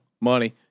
Money